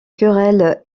querelles